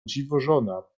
dziwożona